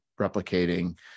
replicating